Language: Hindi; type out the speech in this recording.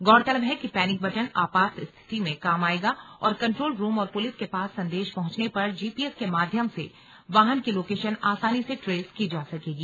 गौरतलब है कि पैनिक बटन आपात स्थिति में काम आएगा और कंट्रोल रूम और पुलिस के पास संदेश पहुंचने पर जीपीएस के माध्यम से वाहन की लोकेशन आसानी से ट्रेस की जा सकेगी